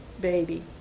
baby